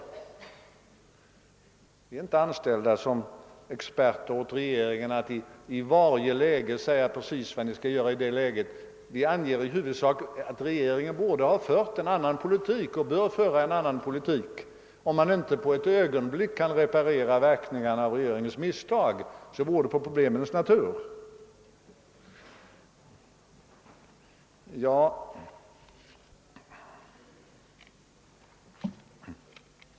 Jag svarar: Vi är inte anställda som experter åt regeringen, det är inte vår sak att i varje läge tala om för regeringen precis vad den skall göra; vi anger att regeringen borde ha fört en annan politik och bör på viktiga punkter föra en annan politik. Om det inte går att på ett ögonblick reparera verkningarna av regeringens misstag, beror det på problemens natur.